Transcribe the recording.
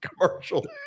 commercial